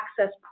access